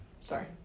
Sorry